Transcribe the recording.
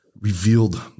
revealed